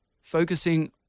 focusing